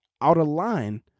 out-of-line